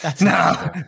No